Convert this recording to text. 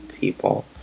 people